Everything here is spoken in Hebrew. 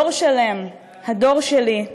דור שלם, הדור שלי,